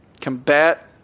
combat